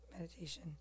Meditation